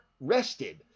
rested